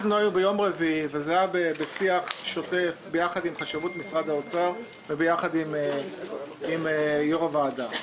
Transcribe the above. היינו בשיח שוטף יחד עם חשבות משרד האוצר ויחד עם יושב-ראש הוועדה.